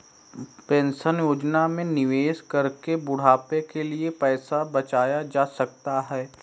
pension योजना में निवेश करके बुढ़ापे के लिए पैसा बचाया जा सकता है